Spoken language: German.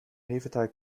hefeteig